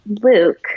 Luke